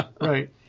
Right